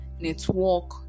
network